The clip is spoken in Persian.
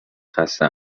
خسته